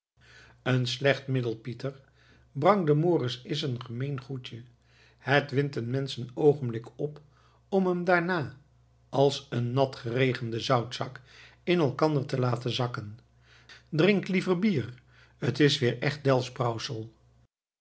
een slecht middel pieter brangdemoris is een gemeen goedje het windt een mensch een oogenblik op om hem daarna als een natgeregende zoutzak in elkander te laten zakken drink liever bier het is weer echt delftsch brouwsel